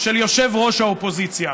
של יושב-ראש האופוזיציה,